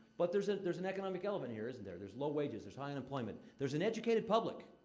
but there's an there's an economic element here, isn't there? there's low wages, there's high unemployment, there's an educated public.